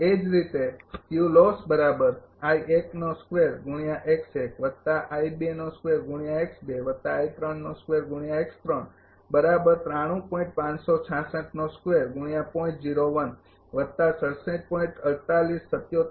એ જ રીતે